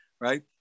Right